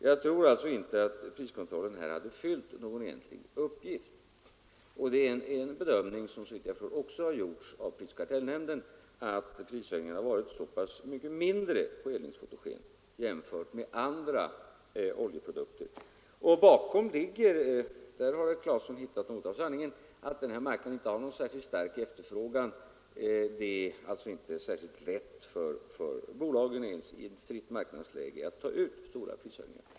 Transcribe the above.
Jag tror inte att en priskontroll hade fyllt någon egentlig uppgift. Säkert har också prisoch kartellnämnden gjort den bedömningen att prishöjningen varit mycket mindre på eldningsfotogen än på andra oljeprodukter. Bakom det ligger — här har herr Claeson hittat något av sanningen — att den här marknaden inte har särskilt stor efterfrågan. Det är alltså inte så lätt för bolagen ens i ett fritt marknadsläge att ta ut stora prishöjningar.